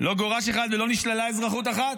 לא גורש אחד ולא נשללה אזרחות אחת.